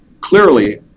clearly